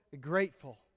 grateful